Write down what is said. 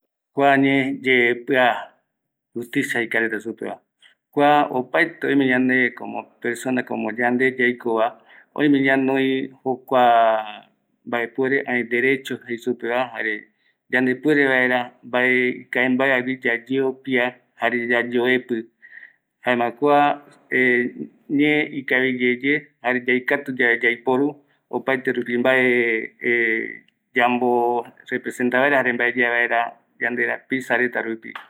Oyave se mandua, jaekaviko jupire jaekavi yandemiari, yaparaviki esa mbaeti ye jupi rupi mbae yayapo gara jukurei mbae üe yande esa ikavia jukurei yamde yaiko vaera esa mbaeti jukurei yaja jokotarupi